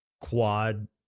quad